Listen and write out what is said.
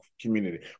community